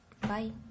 Bye